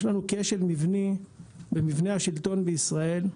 יש לנו כשל מבני במבנה השלטון בישראל.